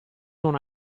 non